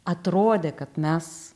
atrodė kad mes